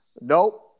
Nope